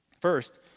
First